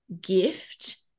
gift